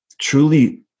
truly